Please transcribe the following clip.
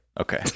Okay